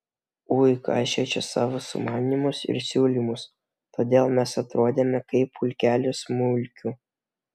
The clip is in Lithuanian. ui kaišioji čia savo sumanymus ir siūlymus todėl mes atrodome kaip pulkelis mulkių